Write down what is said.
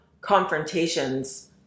confrontations